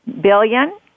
Billion